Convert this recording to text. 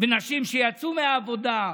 נשים שיצאו מהעבודה,